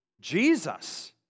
Jesus